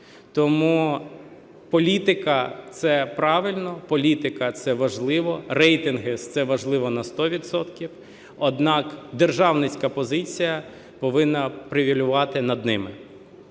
Тому політика – це правильно, політика – це важливо, рейтинги – це важливо на 100 відсотків, однак державницька позиція повинна привілеювати над ними.